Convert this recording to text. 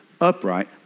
upright